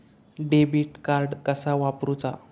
Debit card कसा वापरुचा?